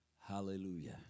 Hallelujah